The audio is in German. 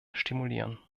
stimulieren